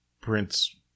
prince